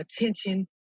attention